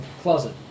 closet